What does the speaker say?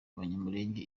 abanyamulenge